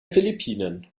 philippinen